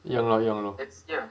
ya lor ya lor